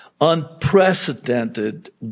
unprecedented